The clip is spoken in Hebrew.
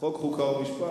חוק ומשפט.